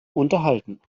unterhalten